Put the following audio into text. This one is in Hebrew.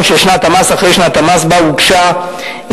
של שנת המס אחרי שנת המס שבה הוגשה ההודעה.